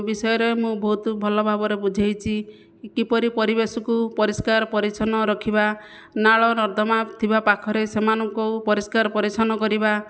ବିଷୟରେ ମୁଁ ବହୁତ ଭଲ ଭାବରେ ବୁଝାଇଛି କିପରି ପରିବେଶକୁ ପରିଷ୍କାର ପରିଚ୍ଛନ୍ନ ରଖିବା ନାଳନର୍ଦ୍ଦମା ଥିବା ପାଖରେ ସେମାନଙ୍କୁ ପରିଷ୍କାର ପରିଚ୍ଛନ୍ନ କରିବା